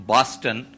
Boston